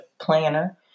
planner